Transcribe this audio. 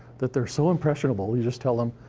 that they're so impressionable, you just tell them,